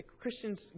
Christians